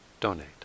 donate